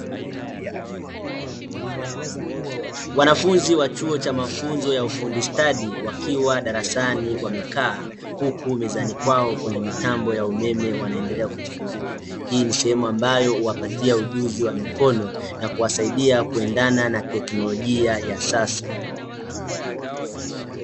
Wanafunzi wa chuo cha mafunzo ya ufundi stadi, wakiwa darasani wamekaa, huku mezani kwao kuna mitambo ya umeme wanaendelea kuifungua. Hii ni sehemu ambayo huwapatia ujuzi wa mikono, na kuwasaidia kuendana na teknolojia ya sasa.